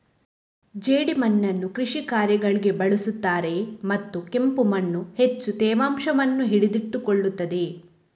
ಜೇಡಿಮಣ್ಣನ್ನು ಕೃಷಿ ಕಾರ್ಯಗಳಿಗೆ ಬಳಸುತ್ತಾರೆಯೇ ಮತ್ತು ಕೆಂಪು ಮಣ್ಣು ಹೆಚ್ಚು ತೇವಾಂಶವನ್ನು ಹಿಡಿದಿಟ್ಟುಕೊಳ್ಳುತ್ತದೆಯೇ?